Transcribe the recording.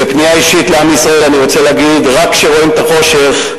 בפנייה אישית לעם ישראל אני רוצה להגיד: רק כשרואים את החושך,